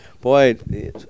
Boy